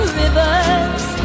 rivers